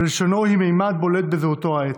ולשונו היא ממד בולט בזהותו האתנית.